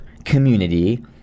community